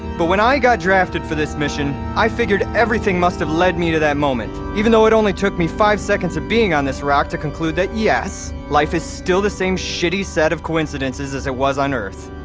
but when i got drafted for this mission, i figured everything must have led me to that moment. even though it only took me five seconds of being on this rock to conclude that yes, life is still the same shitty set of coincidences as it was on earth,